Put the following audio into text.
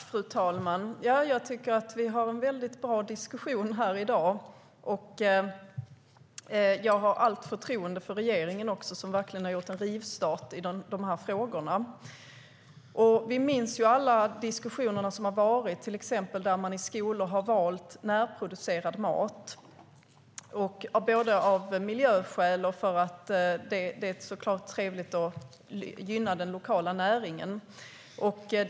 Fru talman! Jag tycker att vi har en väldigt bra diskussion här i dag. Jag har allt förtroende för regeringen som verkligen har gjort en rivstart i de här frågorna. Vi minns alla diskussionerna som har varit där man till exempel i skolor har valt närproducerad mat både av miljöskäl och för att det såklart är trevligt att gynna den lokala näringen.